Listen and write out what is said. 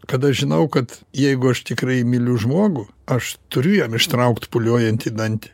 kada žinau kad jeigu aš tikrai myliu žmogų aš turiu jam ištraukt pūliuojantį dantį